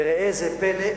וראה זה פלא,